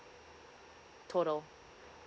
total